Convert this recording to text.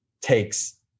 takes